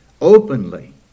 openly